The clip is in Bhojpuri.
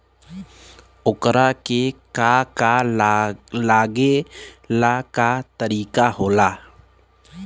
ओकरा के का का लागे ला का तरीका होला?